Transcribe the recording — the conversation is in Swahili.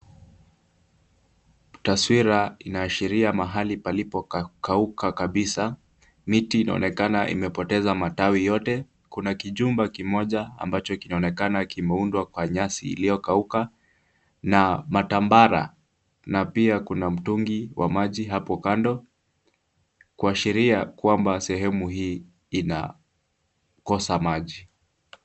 Taswira inaashiria mahali palipokauka kabisa. Miti inaonekana imepoteza matawi yote . Kuna kijumba kimoja ambacho kinaonekana kimeundwa kwa nyasi iliyokauka na matambara na pia kuna mtungi kwa maji hapo kando kuashiria kwamba sehemu hii inakosa maji.